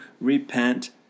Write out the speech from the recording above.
repent